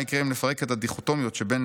מה יקרה אם נפרק את הדיכוטומיות שבין